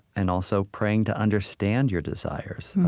and also praying to understand your desires.